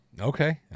Okay